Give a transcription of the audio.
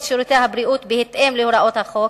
את שירותי הבריאות בהתאם להוראות החוק,